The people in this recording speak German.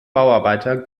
bauarbeiter